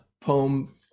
poem